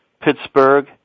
Pittsburgh